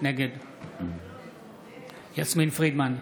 נגד יסמין פרידמן,